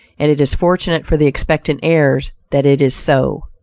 and it is fortunate for the expectant heirs that it is so.